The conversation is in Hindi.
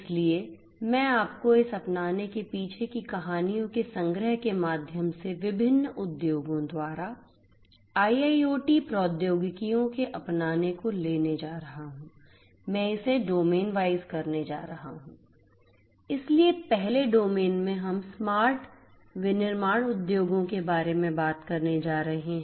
इसलिए मैं आपको इस अपनाने के पीछे की कहानियों के संग्रह के माध्यम से विभिन्न उद्योगों द्वारा IIoT प्रौद्योगिकियों के अपनाने को लेने जा रहा हूं मैं इसे डोमेन वाइज करने जा रहा हूं इसलिए पहले डोमेन में हम स्मार्ट विनिर्माण उद्योगों के बारे में बात करने जा रहे हैं